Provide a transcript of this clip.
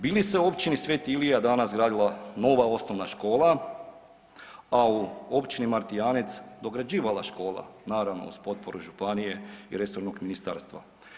Bi li se u Općini Sveti Ilija danas gradila nova osnovna škola, a u Općini Martijanec dograđivala škola, naravno uz potporu županije i resornog ministarstva?